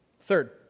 Third